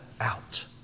out